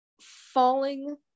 falling